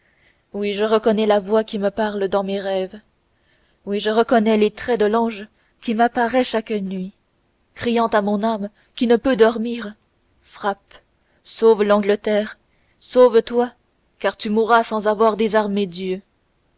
oui je reconnais la voix qui me parle dans mes rêves oui je reconnais les traits de l'ange qui m'apparaît chaque nuit criant à mon âme qui ne peut dormir frappe sauve l'angleterre sauve-toi car tu mourras sans avoir désarmé dieu